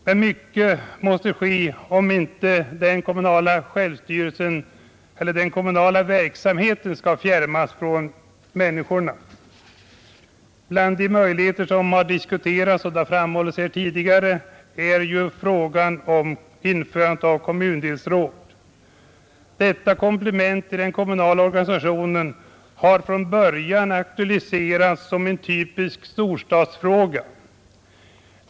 Men mycket mer måste ske om inte den kommunala verksamheten skall fjärmas från människorna. Bland de möjligheter som diskuterats — det har framförts här tidigare — är frågan om införande av kommundelsråd. Detta komplement i den kommunala organisationen har från början aktualiserats som en typisk storstadsfråga.